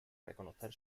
reconocer